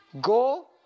Go